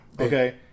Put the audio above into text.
Okay